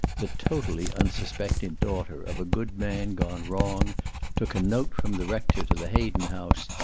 the totally unsuspecting daughter of a good man gone wrong took a note from the rector to the hayden house,